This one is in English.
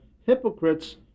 Hypocrites